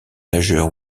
majeure